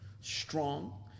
strong